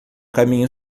caminho